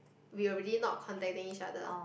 we already not contacting each other